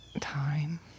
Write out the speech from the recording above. time